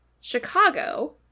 Chicago